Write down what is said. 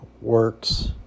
works